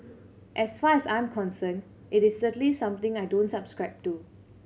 as far as I'm concerned it is certainly something I don't subscribe to